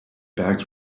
bags